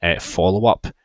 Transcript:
follow-up